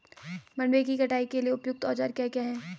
मंडवे की कटाई के लिए उपयुक्त औज़ार क्या क्या हैं?